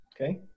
Okay